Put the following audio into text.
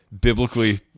biblically